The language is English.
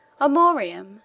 Amorium